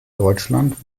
deutschland